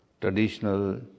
traditional